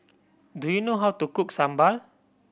do you know how to cook sambal